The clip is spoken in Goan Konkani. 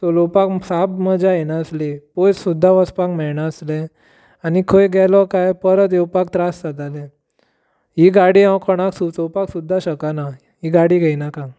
चलोवपाक साप्प मजा येना आसली पयस सुद्दां वचपाक मेळना आसलें आनी खंय गेलो काय परत येवपाक त्रास जाताले ही गाडी हांव कोणाक सुचोवपाक सुद्दां शकना ही गाडी घेयनाका